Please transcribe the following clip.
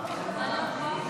לְמה?